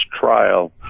trial